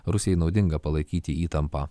rusijai naudinga palaikyti įtampą